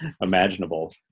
imaginable